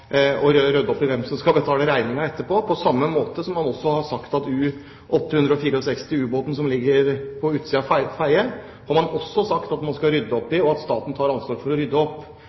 å få ryddet opp i – og så får man rydde opp i hvem som skal betale regninga etterpå. På samme måte har man også sagt at staten tar ansvaret for å rydde opp